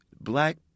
black